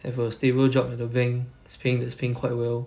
have a stable job at the bank that's paying that's paying quite well